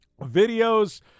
videos